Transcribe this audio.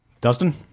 Dustin